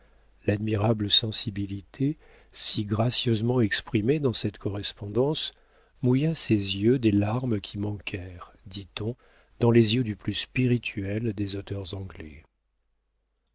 l'admirable sensibilité si gracieusement exprimée dans cette correspondance mouilla ses yeux des larmes qui manquèrent dit-on dans les yeux du plus spirituel des auteurs anglais